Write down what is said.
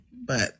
but-